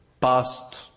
past